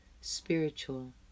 spiritual